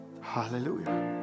Hallelujah